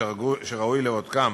שראוי לבודקם